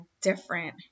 different